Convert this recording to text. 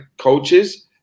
coaches